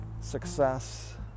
success